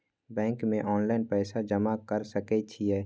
Bank में online पैसा जमा कर सके छीये?